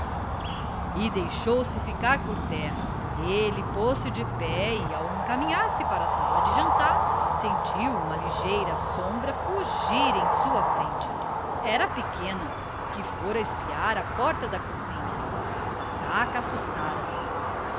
e deixou-se ficar por terra ele pôs-se de pé e ao encaminhar-se para a sala de jantar sentiu uma ligeira sombra fugir em sua frente era a pequena que fora espiar à porta da cozinha pataca assustara se